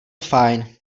fajn